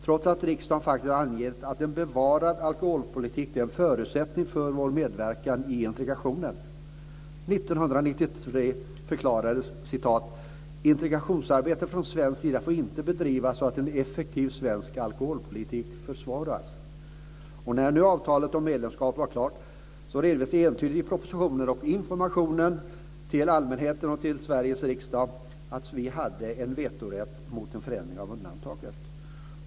Trots allt har ju riksdagen angett att en bevarad alkoholpolitik är en förutsättning för vår medverkan i integrationen. 1993 förklarades att integrationsarbetet från svensk sida inte får bedrivas så att en effektiv svensk alkoholpolitik försvåras. När nu avtalet om medlemskap var klart redovisades entydigt i propositionen och i informationen till allmänheten och till Sveriges riksdag att Sverige hade en vetorätt mot en förändring av undantaget.